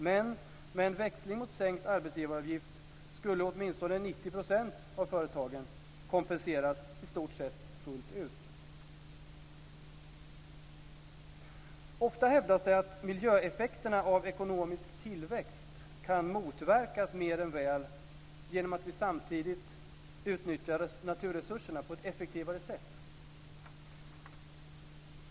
Men med en växling mot sänkt arbetsgivaravgift skulle åtminstone 90 % av företagen kompenseras i stort sett fullt ut. Ofta hävdas det att miljöeffekterna av ekonomisk tillväxt kan motverkas mer än väl genom att vi samtidigt utnyttjar naturresurserna på ett effektivare sätt.